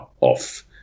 off